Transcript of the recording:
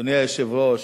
אדוני היושב-ראש,